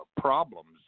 problems